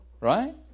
right